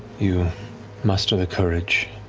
you muster the courage.